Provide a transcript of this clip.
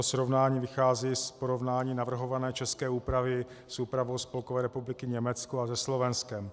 Srovnání vychází z porovnání navrhované české úpravy s úpravou Spolkové republiky Německo a se Slovenskem.